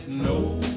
No